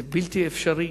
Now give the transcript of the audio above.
זה בלתי אפשרי.